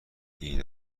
ایده